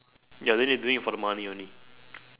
ya then they doing it for the money only